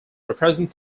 represent